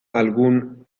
algún